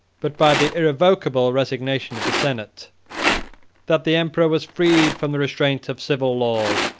but by the irrevocable resignation of the senate that the emperor was freed from the restraint of civil laws,